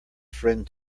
friend